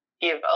give